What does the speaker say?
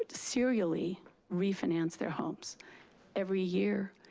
ah serially refinance their homes every year,